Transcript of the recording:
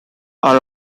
are